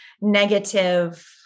negative